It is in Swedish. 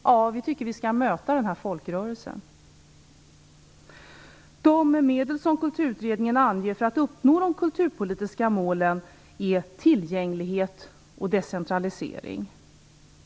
Ja, vi tycker att vi skall möta den här folkrörelsen. De medel som Kulturutredningen anger för att uppnå de kulturpolitiska målen är tillgänglighet och decentralisering.